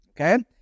Okay